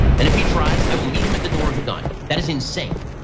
and if he tries, i will meet him at the door with a gun, that is insane.